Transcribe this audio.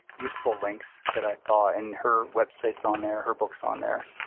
useful links that i thought and her website's on there her book's on there.